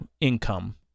income